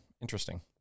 interesting